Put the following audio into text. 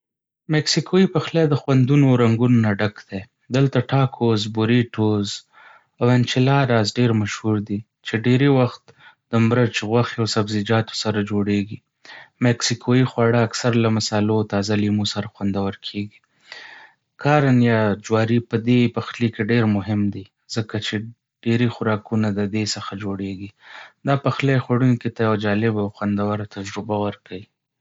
مکسیکوي پخلی د خوندونو او رنګونو نه ډک دی. دلته ټاکوس، بوریتوز، او انچیلاداز ډېر مشهور دي، چې ډیری وخت د مرچ، غوښې، او سبزیجاتو سره جوړېږي. مکسیکوي خواړه اکثر له مسالو او تازه لیمو سره خوندور کېږي. کارن یا جواري په دې پخلي کې ډېر مهم دی، ځکه چې ډېری خوراکونه د دې څخه جوړېږي. دا پخلی خوړونکي ته یوه جالبه او خوندوره تجربه ورکوي.